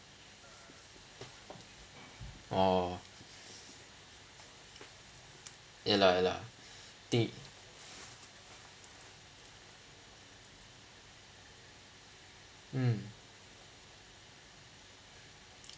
oh ya lah ya lah mm